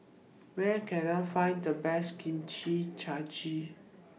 Where Can I Find The Best Kimchi Jjigae